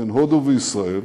בין הודו וישראל,